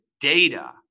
data